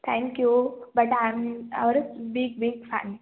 thank you but I am your big big fan